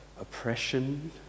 oppression